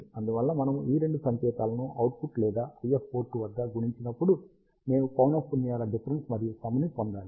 అందువల్ల మనము ఈ రెండు సంకేతాలను అవుట్పుట్ లేదా IF పోర్ట్ వద్ద గుణించినప్పుడు నేను పౌనఃపున్యాల డిఫరెన్స్ మరియు సమ్ ని పొందాలి